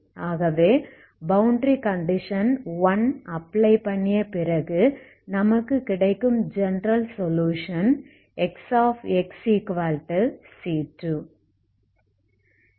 ஆகவே boundary condition apply பண்ணிய பிறகு நமக்கு கிடைக்கும் ஜெனரல் சொலுயுஷன் Xxc2